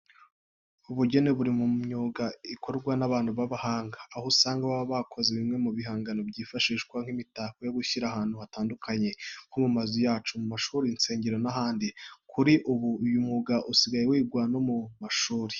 Ubugeni buri mu myuga ikorwa n'abantu b'abahanga, aho usanga baba bakoze bimwe mu bihangano byifashishwa nk'imitako yo gushyira ahantu hatandukanye nko mu mazu yacu, mu mashuri, insengero n'ahandi. Kuri ubu uyu mwuga usigaye wigwa no mu mashuri.